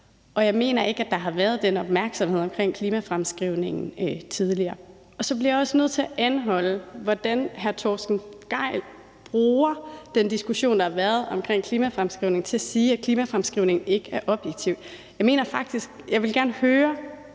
Jeg mener ikke, der har været den opmærksomhed omkring klimafremskrivningen tidligere. Så bliver jeg også nødt til at anholde, hvordan hr. Torsten Gejl bruger den diskussion, der har været omkring klimafremskrivningen, til at sige, at klimafremskrivningen ikke er objektiv. Jeg vil gerne høre